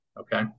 okay